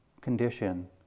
condition